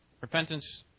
Repentance